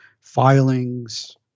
filings